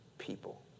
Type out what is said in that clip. people